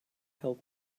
help